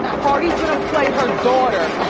ah cardi's gonna play her daughter,